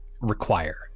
require